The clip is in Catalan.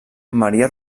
marià